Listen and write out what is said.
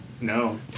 No